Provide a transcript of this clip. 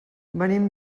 venim